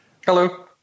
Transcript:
Hello